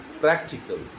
practical